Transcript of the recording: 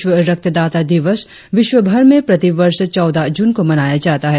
विश्व रक्तदाता दिवस विश्वभर में प्रतिवर्ष चौदह जून को मनाया जाता है